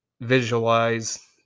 visualize